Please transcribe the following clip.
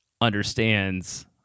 understands